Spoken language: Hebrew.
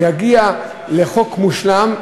נגיע לחוק מושלם,